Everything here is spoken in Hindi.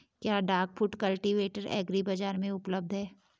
क्या डाक फुट कल्टीवेटर एग्री बाज़ार में उपलब्ध है?